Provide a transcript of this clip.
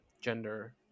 gender